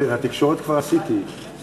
השרה בינתיים תעבור על החומר.